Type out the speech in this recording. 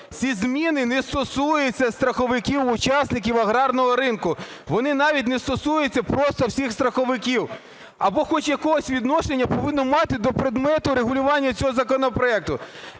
Ці зміни не стосуються страховиків-учасників аграрного ринку. Вони навіть не стосуються просто всіх страховиків. Або хоч якесь відношення повинно мати до предмету регулювання цього законопроекту.